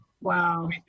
Wow